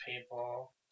people